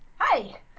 Hi